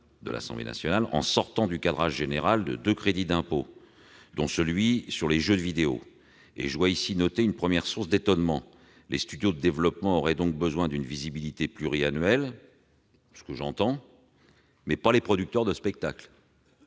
de l'Assemblée nationale en sortant du cadrage général deux crédits d'impôt, dont celui sur les jeux vidéo. C'est là une première source d'étonnement : les studios de développement auraient donc besoin d'une visibilité pluriannuelle- ce que je comprends -, mais pas les producteurs de spectacles